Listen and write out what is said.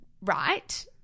right